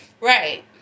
Right